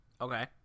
Okay